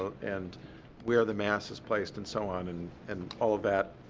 and where the mass is placed and so on, and and all of that.